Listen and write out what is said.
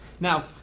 Now